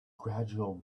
gradual